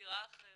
בזירה אחרת.